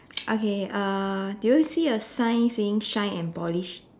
okay uh do you see a sign saying shine and polish